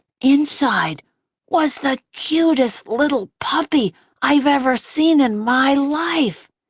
inside was the cutest little puppy i've ever seen in my life.